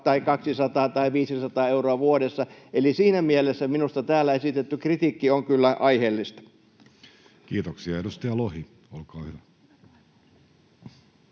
tai 200 tai 500 euroa vuodessa, eli siinä mielessä minusta täällä esitetty kritiikki on kyllä aiheellista. [Speech 19] Speaker: Jussi Halla-aho